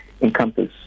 encompass